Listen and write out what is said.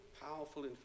powerful